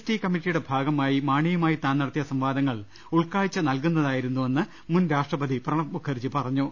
T കമ്മിറ്റിയുടെ ഭാഗമായി മാണിയുമായി താൻ നടത്തിയ സംവാദങ്ങൾ ഉൾക്കാഴ്ച നൽകുന്നതായിരുന്നുവെന്ന് മുൻ രാഷ്ട്രപതി പ്രണബ്മുഖർജി പറഞ്ഞു